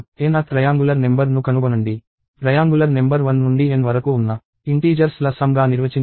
nth triangular number ను కనుగొనండి triangular number 1 నుండి n వరకు ఉన్న ఇంటీజర్స్ ల సమ్ గా నిర్వచించబడింది